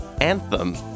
anthem